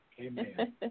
Amen